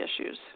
issues